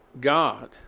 God